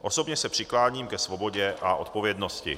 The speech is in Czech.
Osobně se přikláním ke svobodě a odpovědnosti.